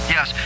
Yes